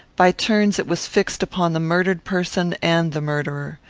by turns it was fixed upon the murdered person and the murderer.